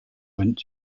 went